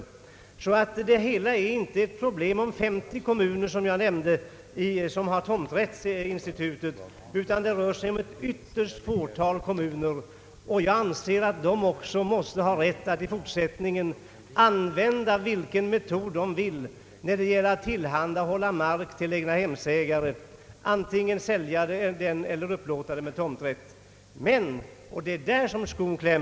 Det hela är alltså inte ett problem som berör de 50 kommuner som jag nämnde har tomträttsinstitut, utan det rör sig om ett ytterst litet antal kommuner. Jag anser att de måste ha rätt att i fortsättningen använda vilken metod de vill när det gäller att tillhandahålla mark åt egnahemsbyggare, antingen de säljer mark eller upplåter den med tomträtt.